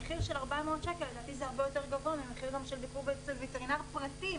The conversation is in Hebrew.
מחיר של 400 שקלים לדעתי זה הרבה יותר גבוה מביקור אצל וטרינר פרטי.